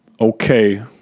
Okay